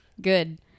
Good